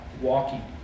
walking